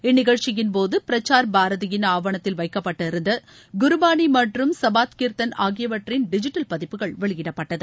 இந்நிகழ்ச்சியின் போது பிரசார் பாரதியின் ஆவணத்தில் வைக்கட்டட்டிருந்த குருபானி மற்றும் சபாத் கீர்த்தன் ஆகியவற்றில் டிஜிட்டல் பதிப்புகள் வெளியிடப்பட்டது